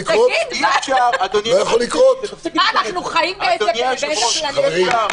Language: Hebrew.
עליי --- אנחנו ניזונים רק מהסרטונים של המשטרה.